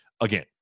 again